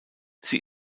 sie